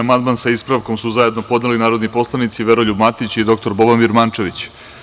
Amandman, sa ispravkom, su zajedno podneli narodni poslanici Veroljub Matić i dr Boban Birmančević.